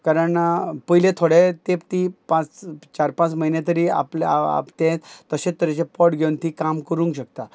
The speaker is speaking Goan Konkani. कारण पयले थोडे तेंप ती पांच चार पांच म्हयने तरी आपलें आ आप तें तशेत तरेचें पोट घेवन ती काम करूंक शकता